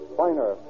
finer